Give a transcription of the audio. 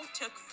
took